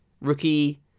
rookie